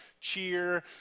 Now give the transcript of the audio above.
cheer